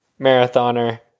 marathoner